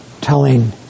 telling